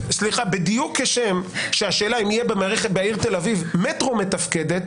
בדיוק כשם שהשאלה אם תהיה בעיר תל אביב מערכת מטרו מתפקדת.